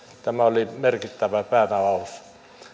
tämä oli merkittävä päänavaus